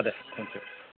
Day thank U